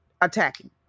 attacking